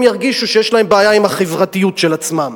ירגישו שיש להם בעיה עם החברתיות של עצמם.